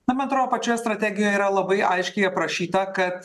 man atrodo pačioje strategijoje yra labai aiškiai aprašyta kad